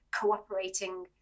cooperating